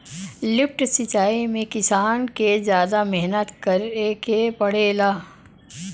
lift सिचाई में किसान के जादा मेहनत करे के पड़ेला